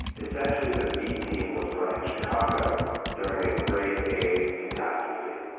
essentially, the b team was running chicago during a grade a catastrophe.